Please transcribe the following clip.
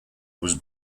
was